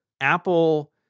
Apple